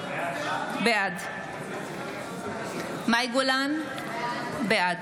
בעד מאי גולן, בעד